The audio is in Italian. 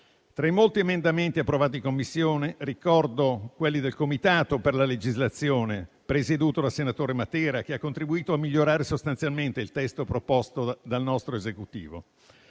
Tra i molti emendamenti approvati in Commissione, ricordo quelli del Comitato per la legislazione presieduto dal senatore Matera, che ha contribuito a migliorare sostanzialmente il testo proposto dal nostro Esecutivo.